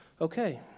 okay